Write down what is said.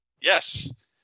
Yes